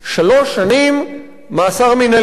שלוש שנים מאסר מינהלי,